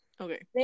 okay